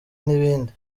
n’ibindi